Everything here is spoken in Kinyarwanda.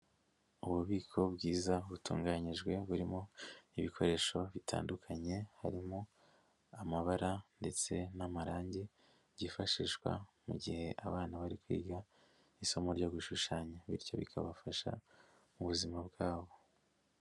Ububiko bwiza butunganyijwe burimo ibikoresho bitandukanye harimo amabara ndetse n'amarangi, byifashishwa mu gihe abana bari kwiga isomo ryo gushushanya bityo bikabafasha mu buzima bwabo.